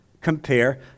compare